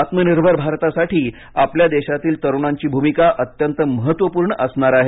आत्मनिर्भर भारतासाठी आपल्या देशातील तरुणाची भूमिका अत्यंत महत्वपूर्ण असणार आहे